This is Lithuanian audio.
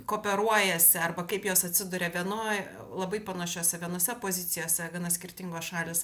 kooperuojasi arba kaip jos atsiduria vienoj labai panašiose vienose pozicijose gana skirtingos šalys